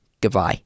Goodbye